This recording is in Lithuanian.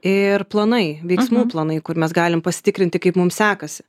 ir planai veiksmų planai kur mes galim pasitikrinti kaip mum sekasi